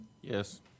Yes